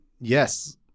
Yes